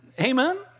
Amen